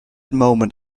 moment